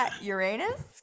Uranus